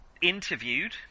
interviewed